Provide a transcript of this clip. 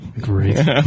Great